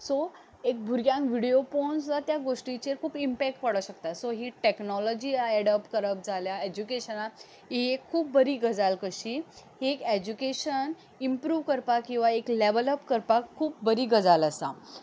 so एक भुरग्यांक video पळोवन सुद्दां त्या गोश्टीचेर खूब इम्पॅक्ट पडो शकता सो ही टॅक्नोलॉजी आहा एडोप जाल्या एज्युकेशनान ही एक खूब बरी गजाल कशी की एज्युकेशन इम्प्रूव करपा किंवां एक लेवल अप करपाक खूब बरी गजाल आसा